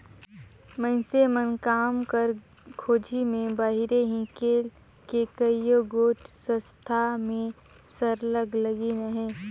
मइनसे मन काम कर खोझी में बाहिरे हिंकेल के कइयो गोट संस्था मन में सरलग लगिन अहें